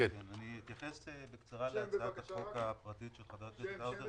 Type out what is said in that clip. אתייחס בקצרה להצעת החוק הפרטית של חבר הכנסת האוזר,